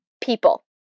people